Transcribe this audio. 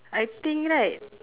I think right